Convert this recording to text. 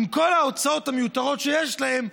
עם כל ההוצאות המיותרות שיש להן,